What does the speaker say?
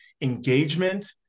engagement